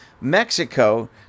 Mexico